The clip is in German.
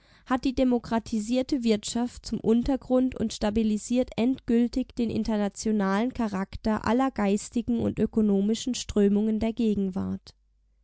hat die demokratisierte wirtschaft zum untergrund und stabilisiert endgültig den internationalen charakter aller geistigen und ökonomischen strömungen der gegenwart